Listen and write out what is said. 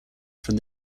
from